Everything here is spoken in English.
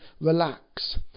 relax